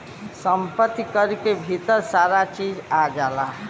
सम्पति कर के भीतर सारा चीज आ जाला